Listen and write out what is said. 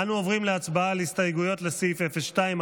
אנו עוברים להצבעה על הסתייגויות לסעיף 02,